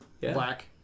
black